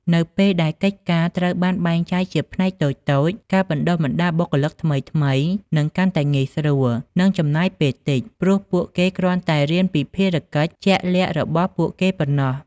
នៅពេលដែលកិច្ចការត្រូវបានបែងចែកជាផ្នែកតូចៗ ការបណ្តុះបណ្តាលបុគ្គលិកថ្មីនឹងកាន់តែងាយស្រួល និងចំណាយពេលតិច ព្រោះពួកគេគ្រាន់តែរៀនពីភារកិច្ចជាក់លាក់របស់ពួកគេប៉ុណ្ណោះ។